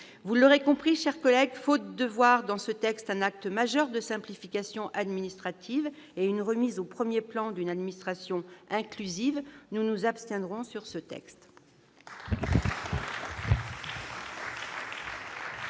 Vous l'aurez compris, mes chers collègues, faute d'y voir un acte majeur de simplification administrative et une remise au premier plan d'une administration inclusive, nous nous abstiendrons sur ce texte.